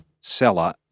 seller